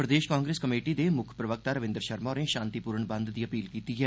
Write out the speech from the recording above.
प्रदेश Congress committee दे मुक्ख प्रवक्ता रविन्द्र शर्मा होरें शांतिपूर्ण बंद दी अपील कीती ऐ